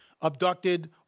abducted